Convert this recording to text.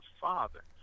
father